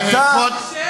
זה היה נכון,